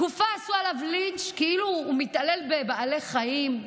תקופה עשו עליו לינץ' כאילו שהוא מתעלל בבעלי חיים.